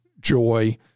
joy